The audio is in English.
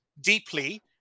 deeply